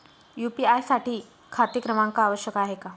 UPI साठी खाते क्रमांक आवश्यक आहे का?